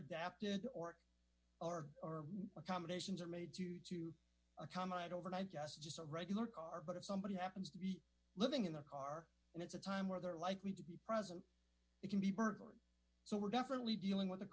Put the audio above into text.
adapted or accommodations are made to accommodate overnight yes just a regular car but if somebody happens to be living in the car and it's a time where they're likely to be present it can be burglary so we're definitely dealing with